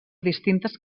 distintes